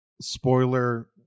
spoiler-